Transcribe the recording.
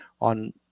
on